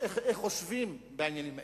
איך חושבים בעניינים האלה.